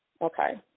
Okay